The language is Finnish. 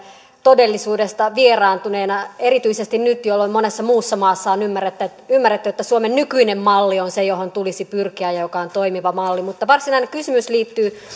todellisuudesta vieraantuneena erityisesti nyt jolloin monessa muussa maassa on ymmärretty että suomen nykyinen malli on se johon tulisi pyrkiä ja ja joka on toimiva malli mutta varsinainen kysymys liittyy